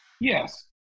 yes